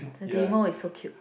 the demo is so cute